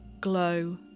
glow